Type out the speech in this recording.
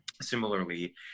Similarly